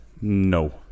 No